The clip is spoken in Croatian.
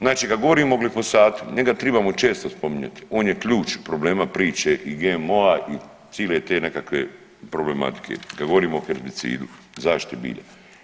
Znači kad govorimo o glifosatu njega tribamo često spominjati, on je ključ problema priče i GMO-a i cile te nekakve problematike kada govorimo o herbicidu, zaštiti bilja.